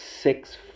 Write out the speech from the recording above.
six